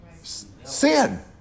Sin